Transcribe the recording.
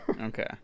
Okay